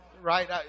right